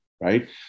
right